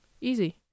Easy